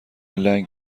لنگ